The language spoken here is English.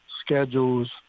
schedules